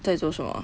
在做什么